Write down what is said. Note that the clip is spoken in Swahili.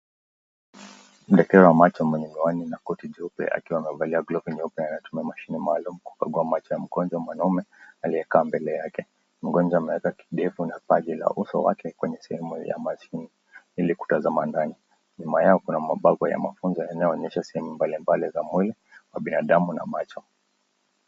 Daktari wa macho mwenye miwani na koti jeupe akiwa amevalia glovu nyeupe anatumia mashine maalum kukagua macho ya mgonjwa mwanaume aliyekaa mbele yake. Mgonjwa ameeka kidevu na paji la uso wake kwenye sehemu ya mashine ili kutazama ndani. Nyuma yao kuna mabango ya mafunzo yanaonyesha sehemu mbalimbali za mwili wa binadamu na macho.